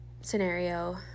scenario